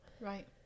Right